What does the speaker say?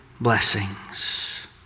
blessings